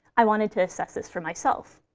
i wanted to assess this for myself.